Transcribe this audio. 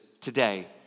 today